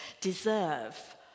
deserve